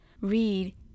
read